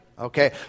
Okay